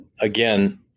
Again